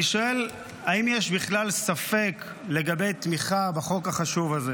אני שואל: האם יש בכלל ספק לגבי תמיכה בחוק החשוב הזה?